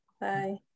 bye